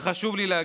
חשוב לי להגיד: